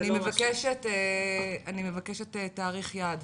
אני מבקשת תאריך יעד